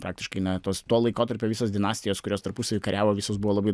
praktiškai na tos tuo laikotarpiu visos dinastijos kurios tarpusavy kariavo visos buvo labai